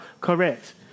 Correct